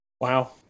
Wow